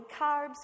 carbs